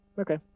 Okay